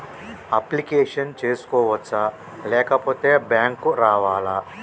Application చేసుకోవచ్చా లేకపోతే bank రావాలా?